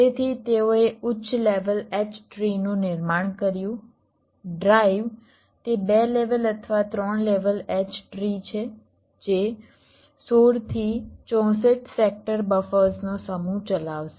તેથી તેઓએ ઉચ્ચ લેવલ H ટ્રી નું નિર્માણ કર્યું ડ્રાઇવ તે 2 લેવલ અથવા 3 લેવલ H ટ્રી છે જે 16 થી 64 સેક્ટર બફર્સનો સમૂહ ચલાવશે